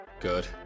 Good